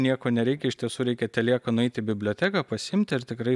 nieko nereikia iš tiesų reikia telieka nueiti į biblioteką pasiimti ir tikrai